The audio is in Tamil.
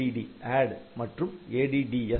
ADD மற்றும் ADDS